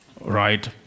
right